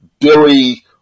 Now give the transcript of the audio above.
Billy